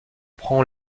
prend